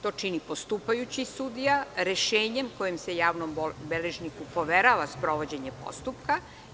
To čini postupajući sudija rešenjem kojim se javnom beležniku poverava sprovođenje postupka.